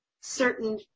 certain